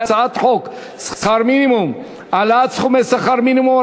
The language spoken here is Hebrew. הצעת חוק שכר מינימום (העלאת סכומי שכר מינימום,